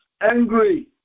angry